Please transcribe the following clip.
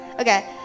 Okay